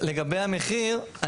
לגבי המחיר,